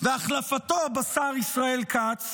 והחלפתו בשר ישראל כץ